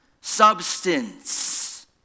substance